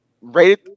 rated